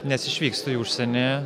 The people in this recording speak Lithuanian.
nes išvykstu į užsienį